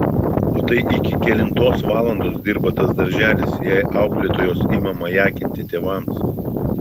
o tai iki kelintos valandos dirba tas darželis jei auklėtojos ima majakinti tėvams